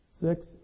Six